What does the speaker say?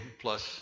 plus